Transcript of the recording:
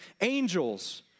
angels